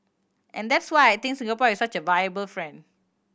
and that's why I think Singapore is such a viable friend